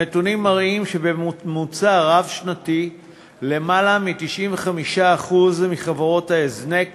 הנתונים מראים שבממוצע רב-שנתי יותר מ-95% מחברות ההזנק